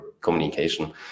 communication